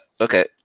okay